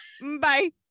Bye